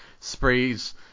sprays